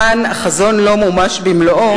כאן החזון לא מומש במלואו,